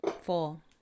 Four